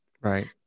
Right